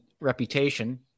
reputation